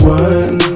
one